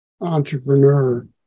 entrepreneur